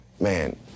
man